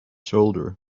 shoulder